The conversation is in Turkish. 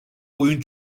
oyun